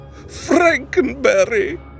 Frankenberry